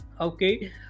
Okay